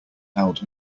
held